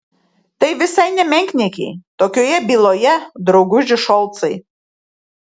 tai visai ne menkniekiai tokioje byloje drauguži šolcai